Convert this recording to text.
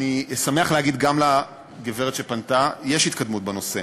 אני שמח להגיד גם לגברת שפנתה שיש התקדמות בנושא.